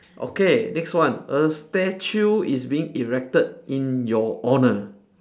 okay next one a statue is being erected in your honour